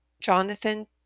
Jonathan